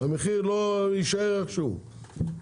המחיר יישאר איך שהוא,